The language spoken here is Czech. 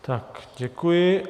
Tak děkuji.